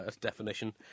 definition